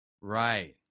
right